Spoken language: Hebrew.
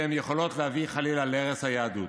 שהן יכולות להביא, חלילה, להרס היהדות.